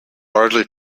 largely